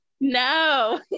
No